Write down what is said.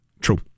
true